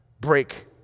Break